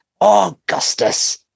Augustus